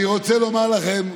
אני רוצה לומר לכם,